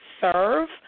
serve